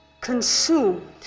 consumed